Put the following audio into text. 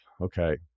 okay